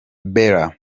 matteo